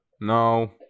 No